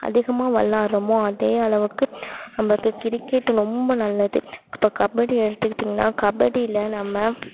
அதிகமாக விளையாட்றமோ அதே அளவுக்கு நம்ம கிரிக்கெட் ரொம்ப நல்லது இப்போ கபடி எடுத்துக்கிட்டிங்கனா கபடியில் நம்ம